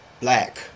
black